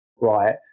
right